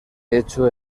hecho